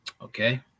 Okay